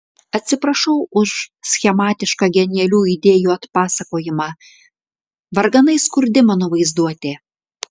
atsiprašau už schematišką genialių idėjų atpasakojimą varganai skurdi mano vaizduotė